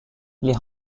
les